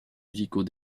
musicaux